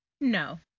No